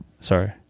Sorry